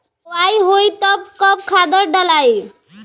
बोआई होई तब कब खादार डालाई?